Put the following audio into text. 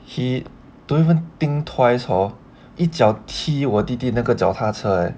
he don't even think twice hor 一脚踢我弟弟那个脚踏车 eh